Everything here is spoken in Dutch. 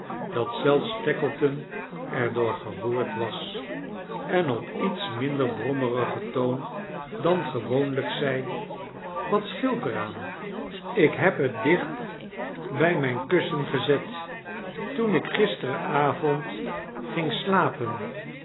dat zelfs tackleton er door geroerd was en op iets minder brommigen toon dan gewoonlijk zei wat sclneelt er aan charles dickens ik hefo het dicht bij mijn kussen gezet toen ik gisteren avond ging siapen